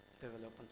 development